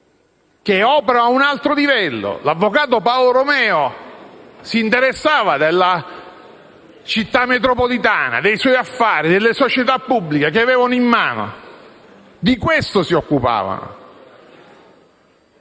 che operano a un altro livello. L'avvocato Paolo Romeo si interessava della Città metropolitana, dei suoi affari e delle società pubbliche che li avevano in mano: di questo si occupava.